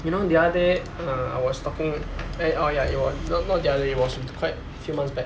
you know the other day uh I was talking eh oh ya it was no~ not the other day it was quite a few months back